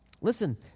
Listen